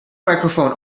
microphone